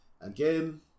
Again